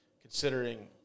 considering